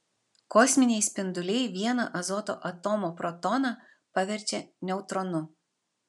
kosminiai spinduliai vieną azoto atomo protoną paverčia neutronu